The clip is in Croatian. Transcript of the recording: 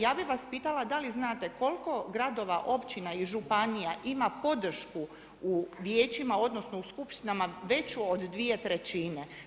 Ja bih vas pitala da li znate koliko gradova, općina i županija ima podršku u vijećima odnosno u skupštinama veću od dvije trećine.